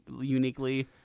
uniquely